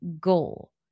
goal